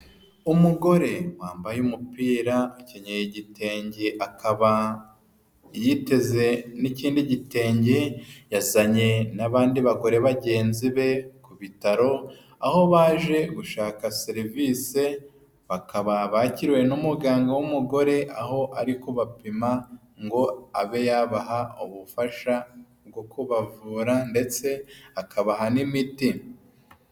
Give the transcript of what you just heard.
Umugore wambaye umupira, akenyeye igitenge akaba yiteze n'ikindi gitenge. Yazanye n'abandi bagore bagenzi be ku bitaro aho baje gushaka serivise, bakaba bakiriwe n'umuganga w'umugore aho ari kubapima ngo abe yabaha ubufasha bwo kubavura ndetse akabaha n'imiti.